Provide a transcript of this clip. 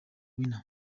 winner